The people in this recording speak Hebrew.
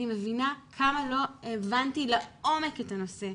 אני מבינה כמה לא הבנתי לעומק את הנושא,